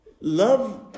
love